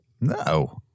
No